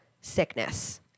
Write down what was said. sickness